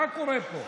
מה קורה פה?